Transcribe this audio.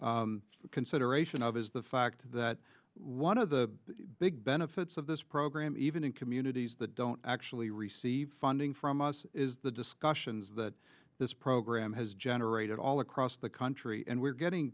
the consideration of is the fact that one of the big benefits of this program even in communities that don't actually receive funding from us is the discussions that this program has generated all across the country and we're getting